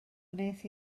wnes